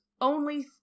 only-